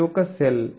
ఇది ఒక సెల్